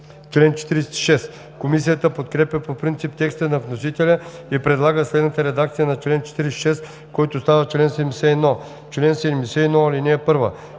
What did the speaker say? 3 и 4“. Комисията подкрепя по принцип текста на вносителя и предлага следната редакция на чл. 50, който става чл. 75: „Чл. 75. (1)